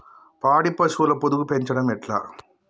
పాడి పశువుల పొదుగు పెంచడం ఎట్లా?